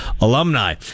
alumni